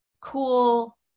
cool